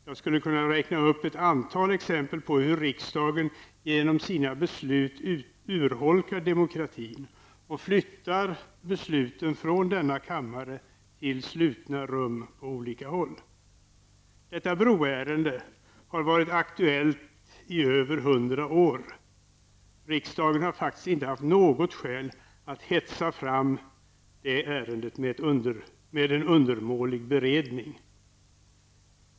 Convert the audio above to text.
Jag skulle kunna räkna upp ett stort antal exempel på hur riksdagen genom sina beslut urholkar demokratin och flyttar besluten från denna kammare till slutna rum på olika håll. Detta broärende har varit aktuellt i över hundra år. Riksdagen har inte haft något skäl att hetsa fram det med en undermålig beredning.